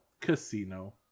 Casino